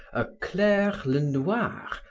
a claire lenoir,